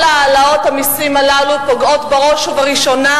כל העלאות המסים הללו פוגעות בראש ובראשונה